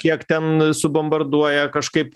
kiek ten subombarduoja kažkaip